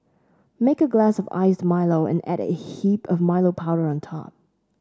make a glass of iced Milo and add a heap of Milo powder on top